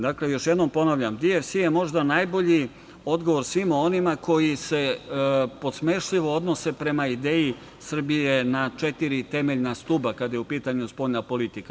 Dakle, još jednom ponavljam, DFC je možda najbolji odgovor svima onima koji se podsmešljivo odnose prema ideji Srbije na četiri temeljna stuba kada je u pitanju spoljna politika.